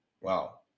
Wow